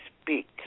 speak